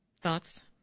Thoughts